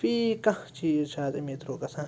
فی کانٛہہ چیٖز چھُ آز اَمے تھرٛوٗ گژھان